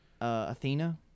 Athena